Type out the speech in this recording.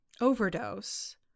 overdose